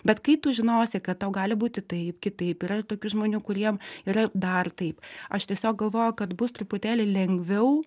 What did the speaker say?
bet kai tu žinosi kad tau gali būti taip kitaip yra tokių žmonių kuriem yra dar taip aš tiesiog galvoju kad bus truputėlį lengviau